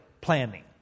planning